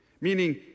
meaning